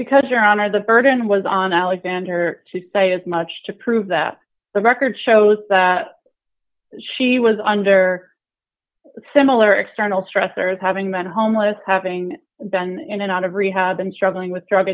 because your honor the burden was on alexander to say as much to prove that the record shows that she was under similar external stressors having been homeless having been in and out of rehab and struggling with drug